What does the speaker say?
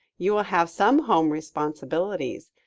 you will have some home responsibilities,